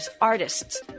artists